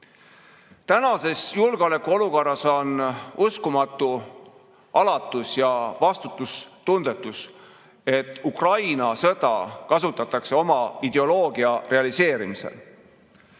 Tänases julgeolekuolukorras on uskumatu alatus ja vastutustundetus, et Ukraina sõda kasutatakse oma ideoloogia realiseerimisel.